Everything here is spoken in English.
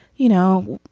you know,